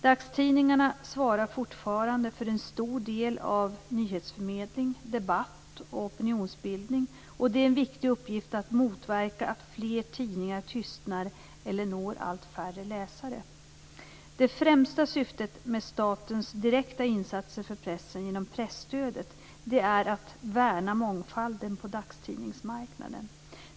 Dagstidningarna svarar fortfarande för en stor del av nyhetsförmedling, debatt och opinionsbildning, och det är en viktig uppgift att motverka att fler tidningar tystnar eller når allt färre läsare. Det främsta syftet med statens direkta insatser för pressen genom pressstödet är att värna mångfalden på dagstidningsmarknaden.